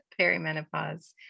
perimenopause